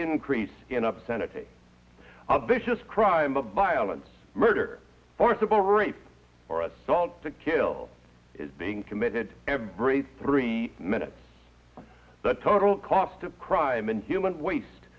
increase in obscenity vicious crime of violence murder forcible rape or assault to kill is being committed every three minutes the total cost of crime and human wast